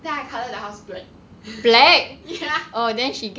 then I coloured the house black ya